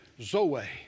zoe